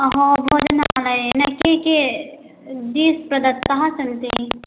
अहो भोजनसमये न के के डीस् प्रदत्ताः सन्ति